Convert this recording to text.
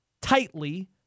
tightly